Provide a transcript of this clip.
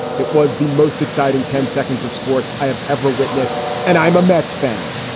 it was the most exciting ten seconds of sports i have ever witnessed. and i'm a mets fan.